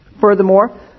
Furthermore